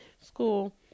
school